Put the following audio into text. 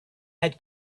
had